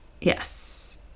Yes